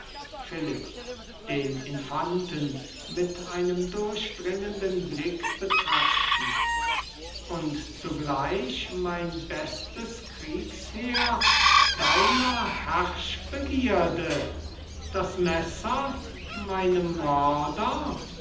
philipp den infanten mit einem durchdringenden blick betrachtend und zugleich mein bestes kriegsheer deiner herrschbegierde das messer meinem